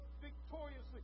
victoriously